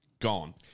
gone